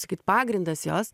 sakyt pagrindas jos